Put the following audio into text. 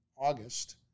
August